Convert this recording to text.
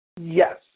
Yes